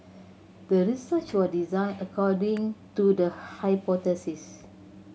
the research was designed according to the hypothesis